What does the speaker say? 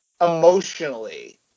emotionally